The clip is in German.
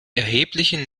erheblichen